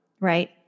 right